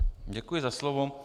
Děkuji za slovo.